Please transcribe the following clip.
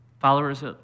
followers